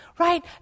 right